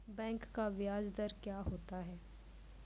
Bank का ब्याज दर क्या होता हैं?